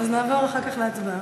אז נעבור אחר כך להצבעה.